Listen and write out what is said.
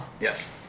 Yes